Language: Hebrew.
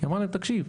כי אמרה להם תקשיב,